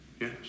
Yes